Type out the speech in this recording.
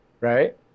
Right